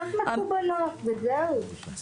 בשיטות מקובלות, וזהו.